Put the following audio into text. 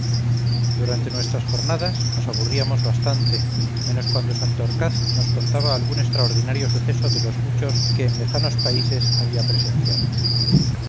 durante nuestras jornadas nosaburríamos bastante menos cuando santorcaz nos contaba algún extraordinario suceso de los muchos que en lejanos países había presenciado